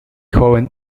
joven